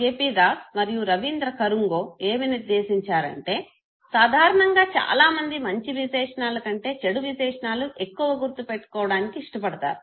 P Das మరియు రవీంద్ర కరుంగో ఏమి నిర్ధేశించారంటే సాధారణంగా చాలా మంది మంచి విశేషణాల కంటే చెడు విశేషణాలు ఎక్కువ గుర్తు పెట్టుకోవడానికి ఇష్టపడ్డారు